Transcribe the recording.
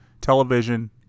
television